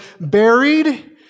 buried